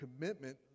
commitment